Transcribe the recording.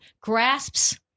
grasps